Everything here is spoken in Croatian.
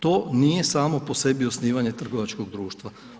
To nije samo po sebi osnivanje trgovačkog društva.